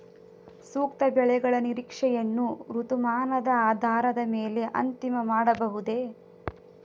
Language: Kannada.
ಸೂಕ್ತ ಬೆಳೆಗಳ ನಿರೀಕ್ಷೆಯನ್ನು ಋತುಮಾನದ ಆಧಾರದ ಮೇಲೆ ಅಂತಿಮ ಮಾಡಬಹುದೇ?